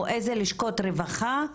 לשכות רווחה אישרו.